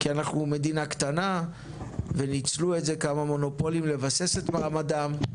כי אנחנו מדינה קטנה וניצלו את זה כמה מונופולים לבסס את מעמדם,